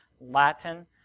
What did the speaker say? Latin